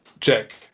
Check